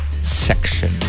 section